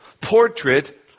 portrait